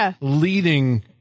leading